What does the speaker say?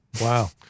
Wow